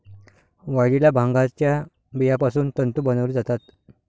वाळलेल्या भांगाच्या बियापासून तंतू बनवले जातात